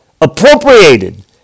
appropriated